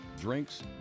drinks